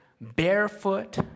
barefoot